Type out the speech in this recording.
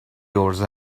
عرضه